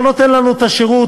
לא נותן לנו את השירות,